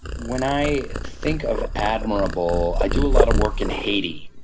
when i think of admirable, i do a lot of work in haiti.